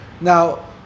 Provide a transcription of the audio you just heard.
Now